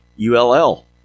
Ull